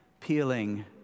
peeling